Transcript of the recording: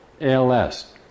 ALS